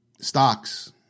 Stocks